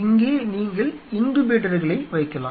இங்கே நீங்கள் இன்குபேட்டர்களை வைக்கலாம்